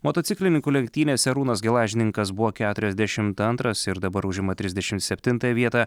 motociklininkų lenktynėse arūnas gelažninkas buvo keturiasdešimt antras ir dabar užima trisdešimt septintąją vietą